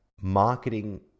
marketing